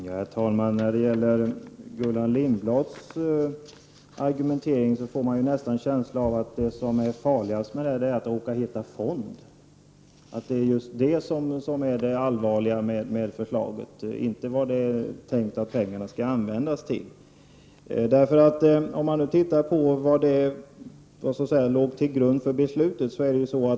Herr talman! Av Gullan Lindblads argumentering får man känslan att det farligaste med arbetslivsfonden är att den råkar heta ”fond”. Det verkar som om det är det allvarligaste med förslaget och inte vad det är tänkt att pengarna skall användas till. Låt oss se på vad som låg till grund för beslutet.